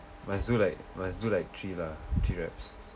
must do like must do like three lah three reps